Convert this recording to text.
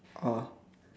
uh